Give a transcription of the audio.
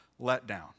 letdown